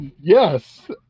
Yes